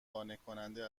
قانعکننده